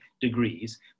degrees